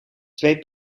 twee